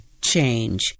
change